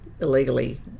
illegally